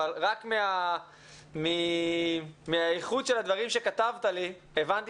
אבל רק מהאיכות של הדברים שכתבת לי הבנתי